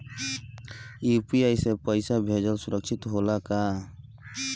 UPI से पैसा भेजल सुरक्षित होला का?